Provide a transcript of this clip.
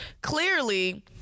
clearly